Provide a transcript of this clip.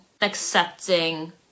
accepting